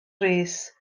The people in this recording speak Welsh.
rees